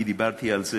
אני דיברתי על זה,